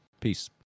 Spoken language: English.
Peace